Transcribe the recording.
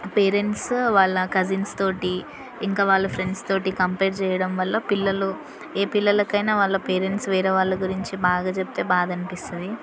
parents వాళ్ళ cousins తోటి ఇంకా వాళ్ళ ఫ్రెండ్స్ తోటి కంపేర్ చేయడం వల్ల పిల్లలు ఏ పిల్లలకైనా వాళ్ళ పేరెంట్సు వేరే వాళ్ళ గురించి బాగా చెప్తే బాధ అనిపిస్తుంది